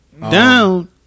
Down